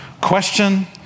question